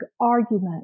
argument